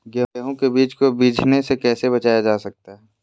गेंहू के बीज को बिझने से कैसे बचाया जा सकता है?